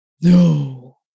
No